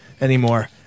anymore